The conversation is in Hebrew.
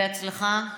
בהצלחה,